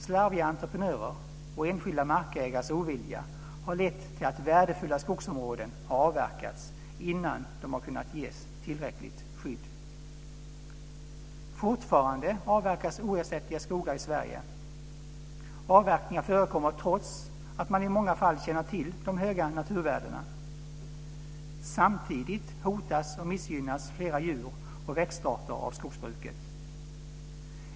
Slarviga entreprenörer och enskilda markägares ovilja har lett till att värdefulla skogsområden har avverkats innan de har kunnat ges tillräckligt skydd. Fortfarande avverkas oersättliga skogar i Sverige. Avverkningar förekommer trots att man i många fall känner till de höga naturvärdena. Samtidigt hotas och missgynnas flera djur och växtarter av skogsbruket.